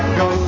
go